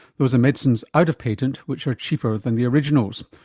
those are medicines out of patent which are cheaper than the originals.